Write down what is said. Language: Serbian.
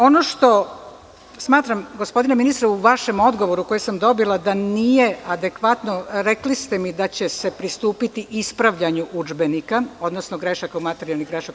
Ono što smatram, gospodine ministre, u vašem odgovoru koji sam dobila da nije adekvatno, rekli ste mi da će se pristupiti ispravljanju udžbenika, odnosno materijalnih grešaka.